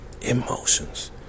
Emotions